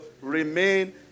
remain